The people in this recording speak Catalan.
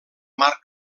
mar